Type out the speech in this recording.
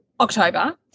October